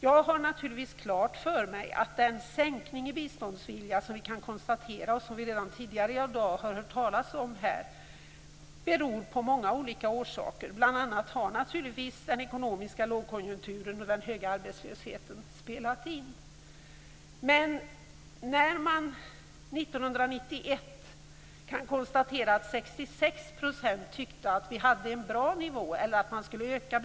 Jag har naturligtvis klart för mig att den sänkning av biståndsviljan som vi kan konstatera och som vi redan tidigare i dag har hört talas om har många orsaker. Bl.a. har naturligtvis den ekonomiska lågkonjunkturen och den höga arbetslösheten spelat in. År 1991 kunde man konstatera att 66 % tyckte att biståndet hade en bra nivå eller att det skulle ökas.